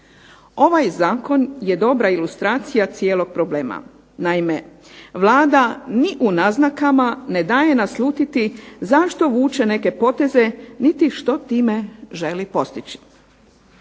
Ovaj zakon je dobra ilustracija cijelog problema. Naime Vlada ni u naznakama ne daje naslutiti zašto vuče neke poteze, niti što time želi postići.